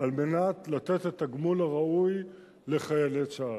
כדי לתת את הגמול הראוי לחיילי צה"ל.